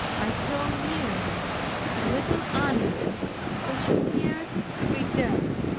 i saw near me a little animal which appeared to be dead.